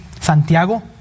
Santiago